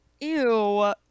Ew